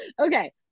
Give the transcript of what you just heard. Okay